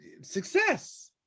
success